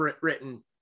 written